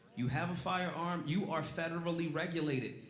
you have a firearm, you are federally regulated.